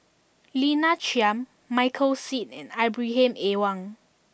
Lina Chiam Michael Seet and Ibrahim Awang